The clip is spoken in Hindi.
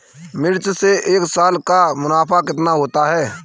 मिर्च से एक साल का मुनाफा कितना होता है?